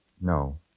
No